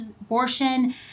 abortion